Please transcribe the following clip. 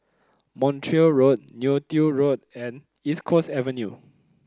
Montreal Road Neo Tiew Road and East Coast Avenue